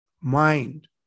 mind